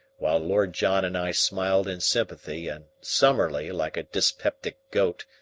while lord john and i smiled in sympathy and summerlee, like a dyspeptic goat,